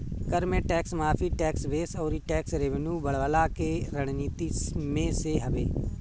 कर में टेक्स माफ़ी, टेक्स बेस अउरी टेक्स रेवन्यू बढ़वला के रणनीति में से हवे